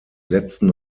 letzten